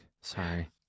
sorry